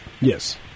Yes